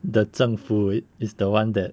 the 政府 is the one that